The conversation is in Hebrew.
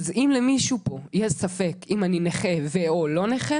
אז אם למישהו פה יש ספק אם אני נכה או לא נכה